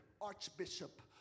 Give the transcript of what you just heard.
archbishop